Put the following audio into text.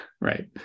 Right